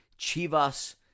Chivas